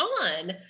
on